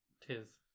Tis